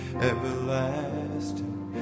Everlasting